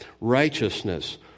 Righteousness